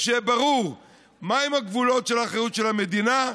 שיהיה ברור מהם גבולות האחריות של המדינה,